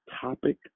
topic